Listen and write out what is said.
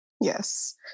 Yes